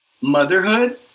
Motherhood